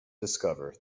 discover